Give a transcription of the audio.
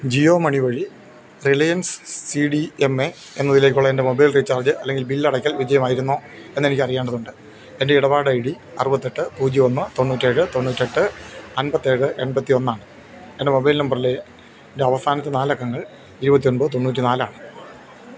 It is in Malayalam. ജിയോ മണി വഴി Reliance C D M A എന്നതിലേക്കുള്ള എൻ്റെ മൊബൈൽ റീചാർജ് അല്ലെങ്കിൽ ബില്ലടയ്ക്കൽ വിജയമായിരുന്നോയെന്ന് എനിക്ക് അറിയേണ്ടതുണ്ട് എൻ്റെ ഇടപാട് ഐ ഡി അറുപത്തിയെട്ട് പൂജ്യം ഒന്ന് തൊണ്ണൂറ്റിയേഴ് തൊണ്ണൂറ്റിയെട്ട് അൻപ്പത്തിയേഴ് എൺപ്പത്തിയൊന്നാണ് എൻ്റെ മൊബൈൽ നമ്പറിന്റെ അവസാനത്തെ നാലക്കങ്ങൾ ഇരുപത്തിയൊൻപത് തൊണ്ണൂറ്റിനാലാണ്